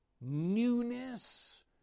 newness